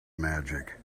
magic